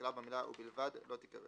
שמתחילה במלה "ובלבד" לא תיקרא.